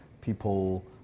people